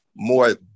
more